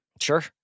sure